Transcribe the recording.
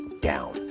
down